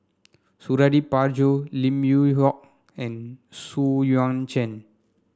Suradi Parjo Lim Yew Hock and Xu Yuan Zhen